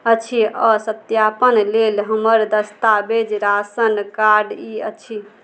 अछि आओर सत्यापन लेल हमर दस्तावेज राशन कार्ड ई अछि